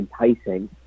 enticing